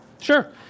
Sure